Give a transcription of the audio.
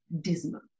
dismal